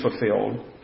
fulfilled